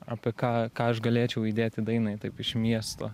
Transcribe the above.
apie ką ką aš galėčiau įdėt į dainą taip iš miesto